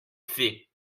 faits